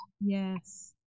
yes